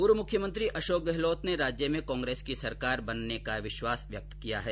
पूर्व मुख्यमंत्री अशोक गहलोत ने राज्य में कांग्रेस की सरकार बनने का विश्वास व्यक्त किया है